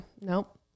Nope